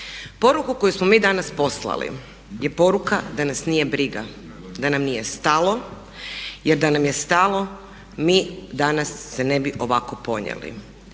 Poruku koju smo mi danas poslali je poruka da nas nije briga, da nam nije stalo jer da nam je stalo mi danas se ne bi ovako ponijeli.